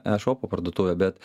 e šopo parduotuvę bet